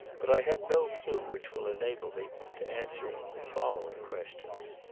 but i have no clue which will enable me to answer the following questions